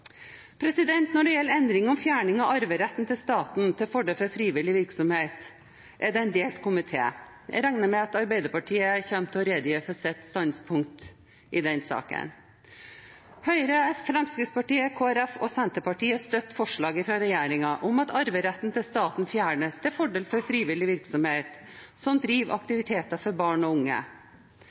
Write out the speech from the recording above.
Når det gjelder fjerning av arveretten til staten til fordel for frivillig virksomhet, er det en delt komité. Jeg regner med at Arbeiderpartiet kommer til å redegjøre for sitt standpunkt i den saken. Høyre, Fremskrittspartiet, Kristelig Folkeparti og Senterpartiet støtter forslaget fra regjeringen om at arveretten til staten fjernes til fordel for frivillig virksomhet som driver aktiviteter for barn og unge.